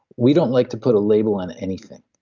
we don't like to put a label on anything.